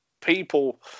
people